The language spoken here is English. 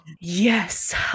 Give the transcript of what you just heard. Yes